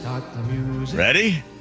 Ready